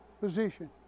position